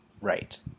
Right